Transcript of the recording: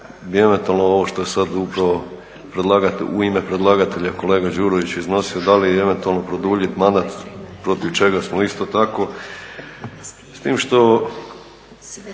bi eventualno ovo što je sad upravo u ime predlagatelja kolega Đurović iznosio da li eventualno produljiti mandat protiv čega smo isto tako. S time što